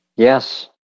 Yes